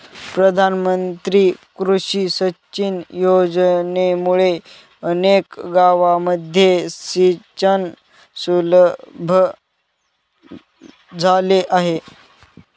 प्रधानमंत्री कृषी सिंचन योजनेमुळे अनेक गावांमध्ये सिंचन सुलभ झाले आहे